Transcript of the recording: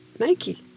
nike